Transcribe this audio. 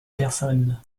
personnes